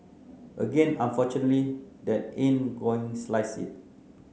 again unfortunately that ain't gonna slice it